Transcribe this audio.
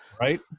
right